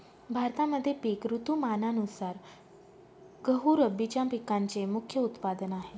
भारतामध्ये पिक ऋतुमानानुसार गहू रब्बीच्या पिकांचे मुख्य उत्पादन आहे